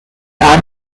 annual